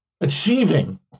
achieving